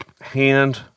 hand